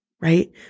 right